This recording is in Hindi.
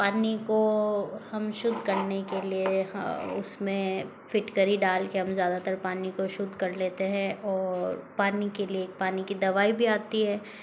पानी को हम शुद्ध करने के लिए उसमें फिटकरी डालके हम ज़्यादातर पानी को शुद्ध कर लेते हैं और पानी के लिए एक पानी की दवाई भी आती है